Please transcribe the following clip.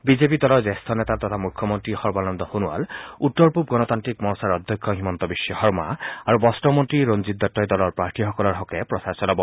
BJP দলৰ জ্যেষ্ঠ নেতা তথা মুখ্যমন্ত্ৰী সৰ্বানন্দ সোণোৱাল উত্তৰ পূব গণতান্ত্ৰিক মৰ্চাৰ অধ্যক্ষ হিমন্ত বিখ্ব শৰ্মা আৰু বস্ত্ৰ মন্ত্ৰী ৰঞ্জিৎ দত্তই দলৰ প্ৰাৰ্থীসকলৰ হকে প্ৰচাৰ চলাব